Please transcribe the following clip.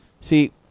See